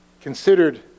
considered